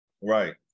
Right